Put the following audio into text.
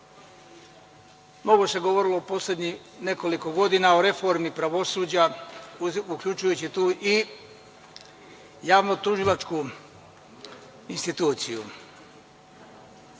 mnogo se govorilo u poslednjih nekoliko godina o reformi pravosuđa uključujući tu i javno tužilačku instituciju. Koliko